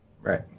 Right